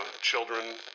children